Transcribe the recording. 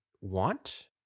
want